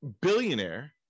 billionaire